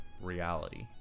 reality